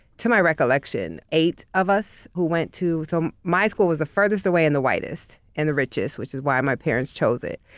to my recollection, eight of us who went to. so my school was the furthest away and the whitest and the richest, which is why my parents chose it.